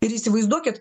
ir įsivaizduokit